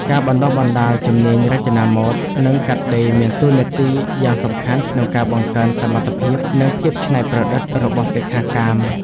ការបណ្តុះបណ្តាលជំនាញរចនាម៉ូដ និងកាត់ដេរមានតួនាទីយ៉ាងសំខាន់ក្នុងការ បង្កើនសមត្ថភាព និងភាពច្នៃប្រឌិត របស់សិក្ខាកាម។